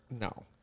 No